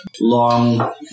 long